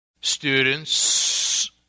Students